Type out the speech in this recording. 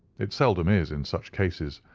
it seldom is in such cases.